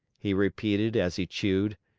he repeated as he chewed.